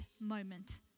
moment